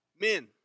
Men